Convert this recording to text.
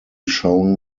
shown